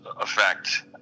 effect